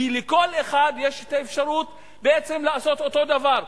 כי לכל אחד יש אפשרות בעצם לעשות אותו דבר,